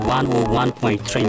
101.3